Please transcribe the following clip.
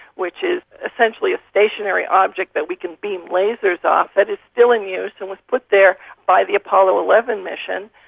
which is essentially a stationary object that we can beam lasers off. but it's still in use and was put there by the apollo eleven mission.